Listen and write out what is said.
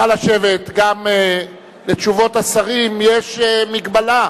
גם לתשובות השרים יש מגבלה,